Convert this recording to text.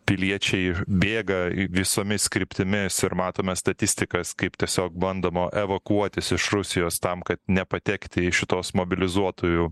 piliečiai bėga visomis kryptimis ir matome statistikas kaip tiesiog bandoma evakuotis iš rusijos tam kad nepatekti į šituos mobilizuotųjų